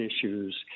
issues